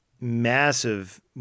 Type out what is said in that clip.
massive